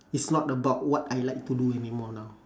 it's not about what I like to do anymore now